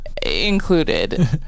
Included